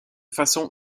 façon